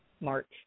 March